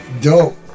Dope